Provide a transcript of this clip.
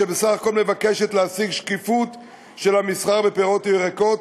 שבסך הכול מבקשת להשיג שקיפות של המסחר בפירות וירקות,